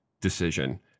decision